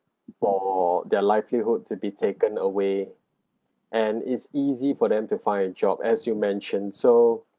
for their likelihood to be taken away and it's easy for them to find a job as you mention so